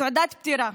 תעודת פטירה.